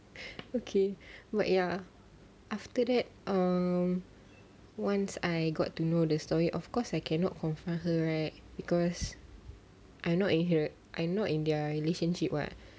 okay like ya after that um once I got to know the story of course I cannot confront her right because I not I not in their relationship [what]